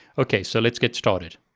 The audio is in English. okay, so let's get started.